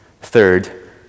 Third